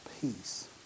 peace